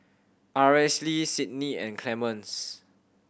Aracely Cydney and Clemens